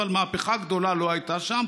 אבל מהפכה גדולה לא הייתה שם.